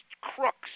crooks